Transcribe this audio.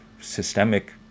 systemic